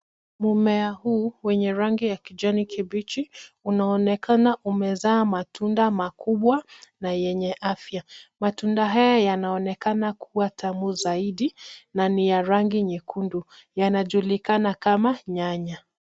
Mmea huu wenya rangi ya kijani kibichi, uneonekana umezaa matunda makubwa na yenye afya. Matunda haya yanaonekana kua tamu zaidi na ni ya rangi nyekundu. Yanajulikana kama vile nyanya.